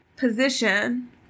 Position